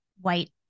white